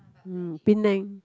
Penang